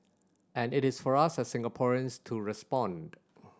and it is for us as Singaporeans to respond